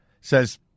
Says